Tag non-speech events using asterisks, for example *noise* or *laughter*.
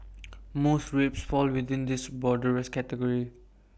*noise* most rapes fall within this broader rest category